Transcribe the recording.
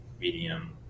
medium